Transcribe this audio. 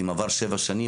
אם עבר שבע שנים,